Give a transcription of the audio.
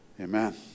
Amen